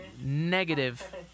negative